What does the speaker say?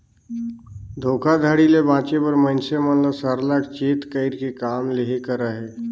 धोखाघड़ी ले बाचे बर मइनसे मन ल सरलग चेत कइर के काम लेहे कर अहे